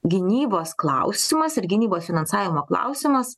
gynybos klausimas ir gynybos finansavimo klausimas